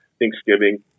Thanksgiving